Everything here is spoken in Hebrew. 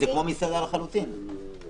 זה לחלוטין כמו מסעדה.